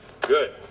good